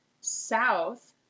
south